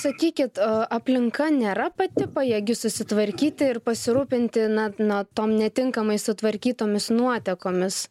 sakykit aplinka nėra pati pajėgi susitvarkyti ir pasirūpinti na na tom netinkamai sutvarkytomis nuotekomis